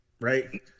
Right